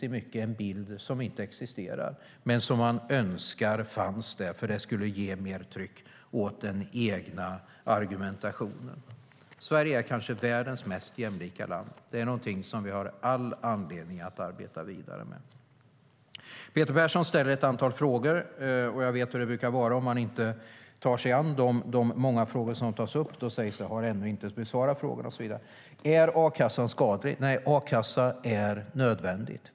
De målar en bild som inte existerar men som de önskar finns där eftersom det skulle ge mer tryck åt den egna argumentationen. Sverige är kanske världens mest jämlika land. Det har vi all anledning att arbeta vidare med. Peter Persson ställer ett antal frågor. Jag vet hur det brukar vara om jag inte tar mig an de många frågor som har tagits upp. Då heter det att jag ännu inte har besvarat frågorna. Är a-kassan skadlig? Nej, a-kassan är nödvändig.